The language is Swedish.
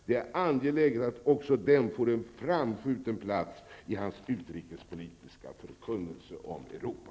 Det är angeläget att också den får en framskjuten plats i hans utrikespolitiska förkunnelse om Europa.